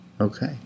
Okay